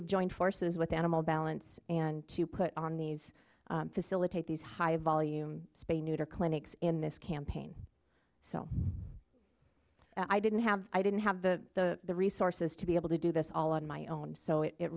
have joined forces with animal balance and to put on these facilitate these high volume spay neuter clinics in this campaign so i didn't have i didn't have the resources to be able to do this all on my own so it